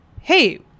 hey